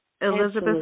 Elizabeth